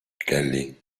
kelly